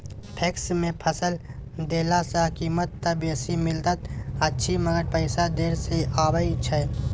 PACS मे फसल देला सॅ कीमत त बेसी मिलैत अछि मगर पैसा देर से आबय छै